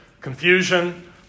confusion